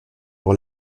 pour